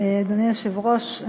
אדוני היושב-ראש,